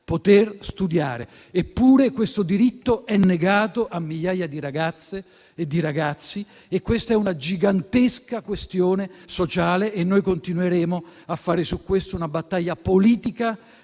poter studiare, eppure questo diritto è negato a migliaia di ragazze e di ragazzi. Questa è una gigantesca questione sociale e su questo noi continueremo a fare una battaglia politica